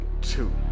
two